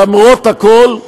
למרות הכול,